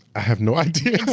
have no idea.